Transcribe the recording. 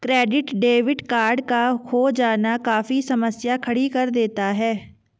credit debit card का खो जाना काफी समस्या खड़ी कर देता है